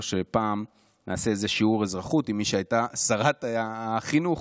שפעם יעשה איזה שיעור אזרחות עם מי שהייתה שרת החינוך,